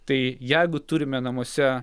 tai jeigu turime namuose